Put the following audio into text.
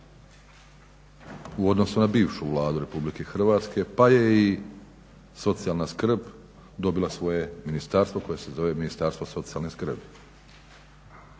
u odnosu na bivšu Vladu Republike Hrvatske, pa je i socijalna skrb dobila svoje ministarstvo koje se zove Ministarstvo socijalne skrbi.